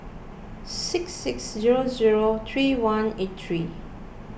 six six zero zero three one eight three